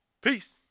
peace